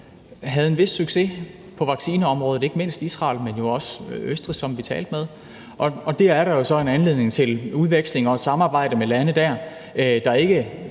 havde en vis succes på vaccineområdet, ikke mindst Israel, men også Østrig, som vi talte med. Der er der jo så en anledning til udveksling og samarbejde med lande der, der for